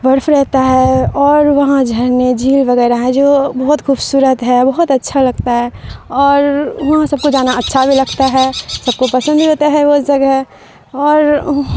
برف رہتا ہے اور وہاں جھرنے جھیل وغیرہ ہیں جو بہت خوبصورت ہے بہت اچھا لگتا ہے اور وہاں سب کو جانا اچھا بھی لگتا ہے سب کو پسند بھی ہوتا ہے وہ جگہ اور